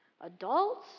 adults